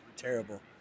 Terrible